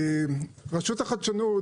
רשות החדשנות,